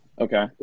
Okay